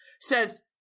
says